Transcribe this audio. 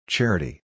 Charity